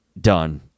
Done